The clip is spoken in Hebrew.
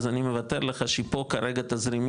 אז אני מוותר לך שפה כרגע תזרימית,